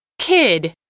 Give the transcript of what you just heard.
Kid